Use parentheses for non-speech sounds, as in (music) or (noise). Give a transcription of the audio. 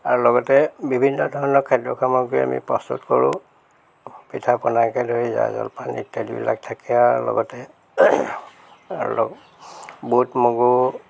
আৰু লগতে বিভিন্ন ধৰণৰ খাদ্য সামগ্ৰী আমি প্ৰস্তুত কৰোঁ পিঠা পনাকে ধৰি জা জলপান ইত্যাদিবিলাক থাকে আৰু লগতে আৰু (unintelligible) বুট মগু